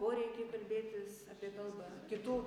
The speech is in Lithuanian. poreikį kalbėtis apie kalbą kitų